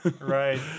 Right